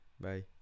bye